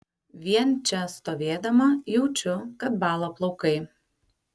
vien čia stovėdama jaučiu kad bąla plaukai